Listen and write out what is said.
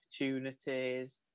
opportunities